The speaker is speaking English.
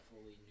fully